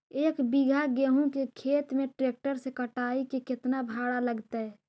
एक बिघा गेहूं के खेत के ट्रैक्टर से कटाई के केतना भाड़ा लगतै?